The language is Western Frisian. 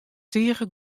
tige